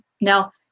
Now